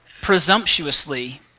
presumptuously